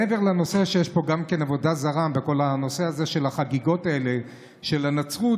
מעבר לנושא שיש פה גם עבודה זרה בכל הנושא של החגיגות האלה של הנצרות,